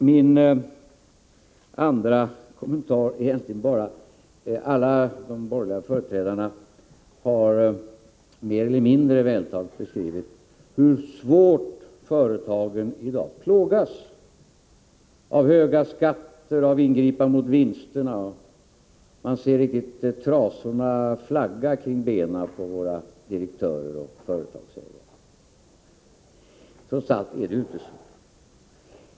Min andra kommentar är egentligen bara: Alla de borgerliga företrädarna här har mer eller mindre vältaligt beskrivit hur svårt företagen i dag plågas av höga skatter och av ingripanden mot vinsterna. Man riktigt ser hur trasorna flaggar kring benen på våra direktörer och företagsägare. Jag vill då framhålla att det trots allt inte förhåller sig på det sättet.